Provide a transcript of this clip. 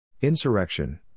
Insurrection